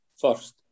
first